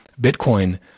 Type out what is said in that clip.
Bitcoin